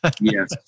Yes